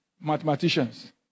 Mathematicians